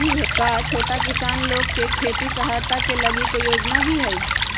का छोटा किसान लोग के खेती सहायता के लगी कोई योजना भी हई?